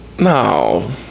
No